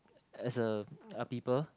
as a uh people